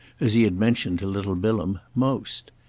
as he had mentioned to little bilham, most.